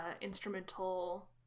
instrumental